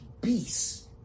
beast